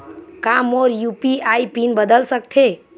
का मोर UPI PIN बदल सकथे?